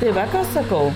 tai va ką sakau